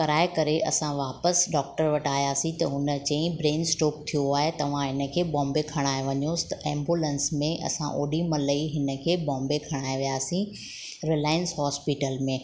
कराए करे असां वापसि डॉक्टर वटि अयासीं त हुन चईं ब्रेन स्ट्रोक थियो आहे तव्हां हिनखे बॉम्बे खणाइ वञोसि त ऐंबुलैंस में असां ओॾीमहिल ई हिनखे बॉम्बे खणाइ वियासीं रिलाइंस हॉस्पिटल में